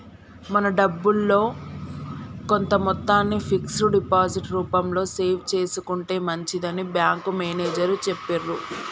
మన డబ్బుల్లో కొంత మొత్తాన్ని ఫిక్స్డ్ డిపాజిట్ రూపంలో సేవ్ చేసుకుంటే మంచిదని బ్యాంకు మేనేజరు చెప్పిర్రు